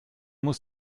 muss